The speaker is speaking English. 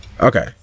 Okay